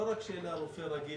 לא רק שיהיה לה רופא רגיל,